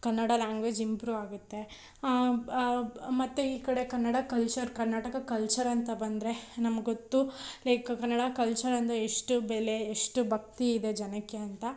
Kannada language improve ಆಗುತ್ತೆ ಮತ್ತು ಈ ಕಡೆ ಕನ್ನಡ ಕಲ್ಚರ್ ಕರ್ನಾಟಕ ಕಲ್ಚರ್ ಅಂತ ಬಂದರೆ ನಮ್ಗೆ ಗೊತ್ತು ಲೈಕ್ ಕನ್ನಡ ಕಲ್ಚರ್ ಅಂದರೆ ಎಷ್ಟು ಬೆಲೆ ಎಷ್ಟು ಭಕ್ತಿ ಇದೆ ಜನಕ್ಕೆ ಅಂತ